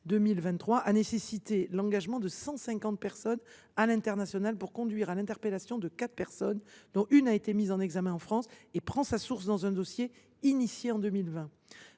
a nécessité l’engagement de 150 personnes à l’échelon international pour conduire à l’interpellation de quatre personnes, dont une mise en examen en France, et qui prend sa source dans un dossier lancé en 2020.